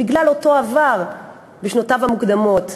בגלל אותו עבר בשנותיו המוקדמות.